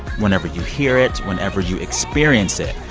whenever you hear it, whenever you experience it,